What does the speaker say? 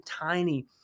tiny